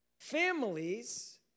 families